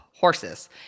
Horses